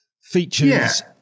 features